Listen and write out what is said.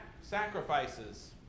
sacrifices